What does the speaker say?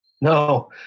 No